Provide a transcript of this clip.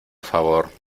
favor